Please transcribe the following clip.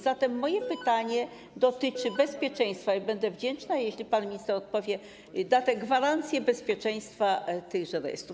Zatem moje pytanie dotyczy bezpieczeństwa i będę wdzięczna, jeśli pan minister odpowie, da gwarancję bezpieczeństwa tychże rejestrów.